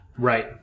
Right